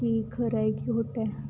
की खरं आहे की खोटं आहे